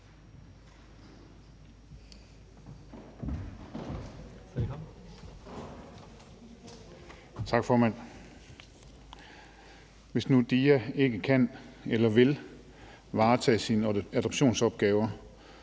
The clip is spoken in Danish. Hvis nu DIA ikke kan eller vil varetage sine adoptionsopgaver,